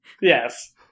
Yes